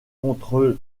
contre